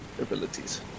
abilities